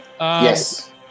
Yes